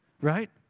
right